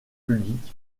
public